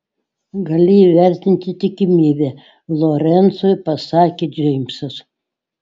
gali įvertinti tikimybę lorencui pasakė džeimsas